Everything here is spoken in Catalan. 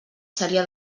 seria